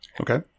Okay